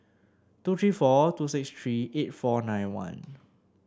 two three four two six three eight four nine one